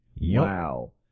Wow